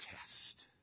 test